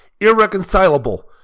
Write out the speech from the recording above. irreconcilable